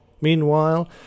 Meanwhile